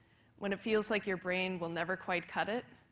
when it feels like your brain will never quite cut it,